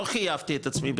לא חייבתי את עצמי,